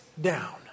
down